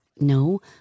no